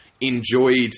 enjoyed